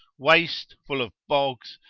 waste, full of bogs,